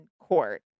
court